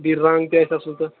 بیٚیہِ رَنٛگ تہِ آسہِ اَصٕل تَتھ